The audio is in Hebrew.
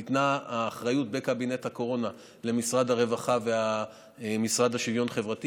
ניתנה האחריות בקבינט הקורונה למשרד הרווחה ולמשרד לשוויון חברתי.